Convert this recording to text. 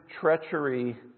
treachery